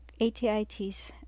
ATITs